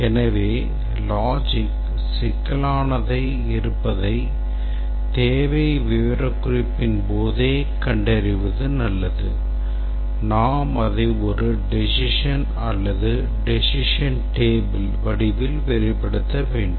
எனவே logic சிக்கலானதாக இருப்பதை தேவை விவரக்குறிப்பின் போதே கண்டறிவது நல்லது நாம் அதை ஒரு decision tree அல்லது decision table வடிவில் வெளிப்படுத்த வேண்டும்